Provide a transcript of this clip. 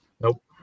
Nope